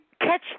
catch